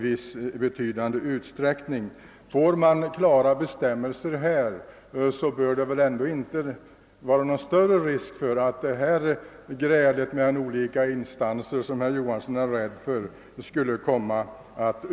Om det blir klara bestämmelser på detta område, bör det väl inte föreligga någon större risk för sådana meningsskiljaktigheter mellan olika instanser, som herr Johansson fruktar.